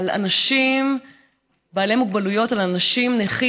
על אנשים בעלי מוגבלויות, על אנשים נכים.